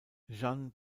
jeanne